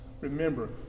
Remember